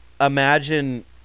imagine